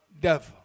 devil